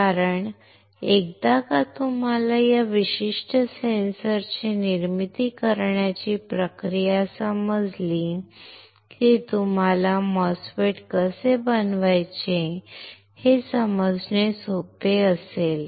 कारण एकदा का तुम्हाला या विशिष्ट सेन्सरची निर्मिती करण्याची प्रक्रिया समजली की तुम्हाला MOSFET कसे बनवायचे हे समजणे सोपे होईल